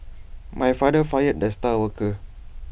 my father fired the star worker